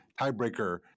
tiebreaker